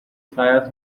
fire